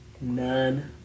None